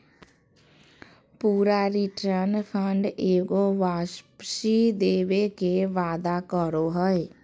पूरा return fund एगो वापसी देवे के वादा करो हइ